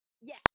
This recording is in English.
Yes